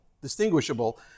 distinguishable